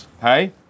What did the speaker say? Hey